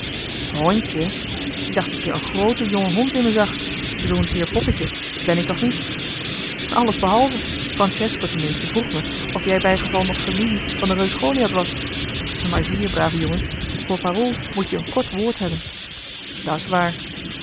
ik dacht dat je een grooten jongehond in me zag zoo'n teer poppetje ben ik toch niet alles behalve francesco tenminste vroeg me of jij bijgeval nog familie van den reus goliath was maar zie-je brave jongen voor parool moet-je een kort woord hebben dat's waar